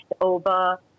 over